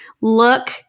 look